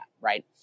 right